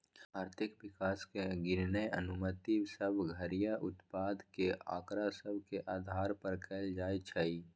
आर्थिक विकास के गिननाइ अनुमानित सभ घरइया उत्पाद के आकड़ा सभ के अधार पर कएल जाइ छइ